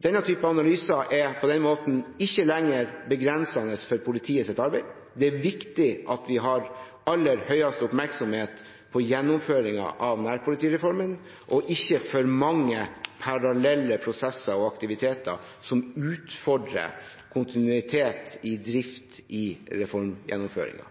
Denne typen analyser er på den måten ikke lenger begrensende for politiets arbeid. Det er viktig at vi har aller høyeste oppmerksomhet på gjennomføringen av nærpolitireformen og ikke for mange parallelle prosesser og aktiviteter som utfordrer kontinuitet i drift i reformgjennomføringen.